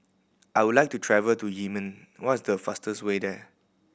I would like to travel to Yemen what is the fastest way there